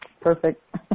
perfect